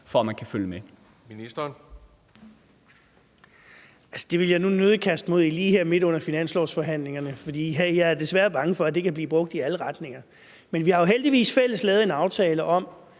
(Søren Pind): Det vil jeg nødig kaste mig ud i lige her midt under finanslovsforhandlingerne, for jeg er desværre bange for, at det kan blive brugt i alle retninger. Men vi har jo heldigvis fælles lavet en aftale om